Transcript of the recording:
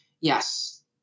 yes